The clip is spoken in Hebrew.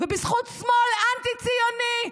ובזכות שמאל אנטי-ציוני,